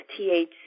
THC